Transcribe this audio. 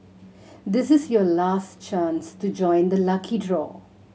this is your last chance to join the lucky draw